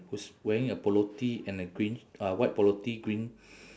who's wearing a polo T and a green uh white polo T green